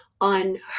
on